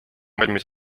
valmis